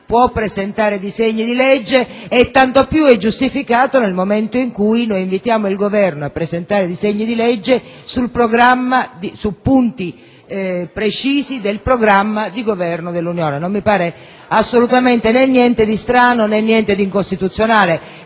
Può presentare disegni di legge e tanto più è giustificato a farlo nel momento in cui lo invitiamo a presentare disegni di legge su punti precisi del programma di governo dell'Unione. Non mi pare assolutamente niente di strano, né di incostituzionale,